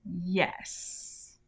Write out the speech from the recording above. yes